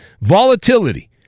volatility